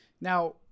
Now